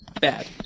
bad